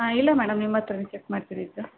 ಹಾಂ ಇಲ್ಲ ಮೇಡಮ್ ನಿಮ್ಮತ್ತಿರನೇ ಚೆಕ್ ಮಾಡ್ಸಿದ್ದು